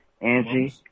Angie